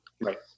Right